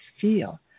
feel